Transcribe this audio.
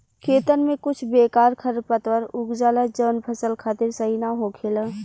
खेतन में कुछ बेकार खरपतवार उग जाला जवन फसल खातिर सही ना होखेला